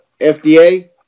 FDA